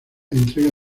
entrega